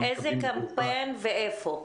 איזה קמפיין, ואיפה?